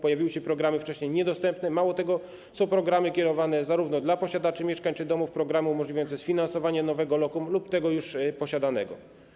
Pojawiły się programy wcześniej niedostępne, mało tego, są programy kierowane do posiadaczy mieszkań czy domów, programy umożliwiające sfinansowanie nowego lokum lub tego już posiadanego.